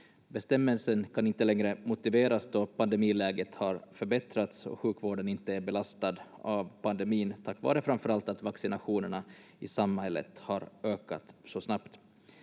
Bestämmelsen kan inte längre motiveras då pandemiläget har förbättrats och sjukvården inte är belastad av pandemin, tack vare framför allt att vaccinationerna i samhället har ökat så snabbt.